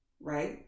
right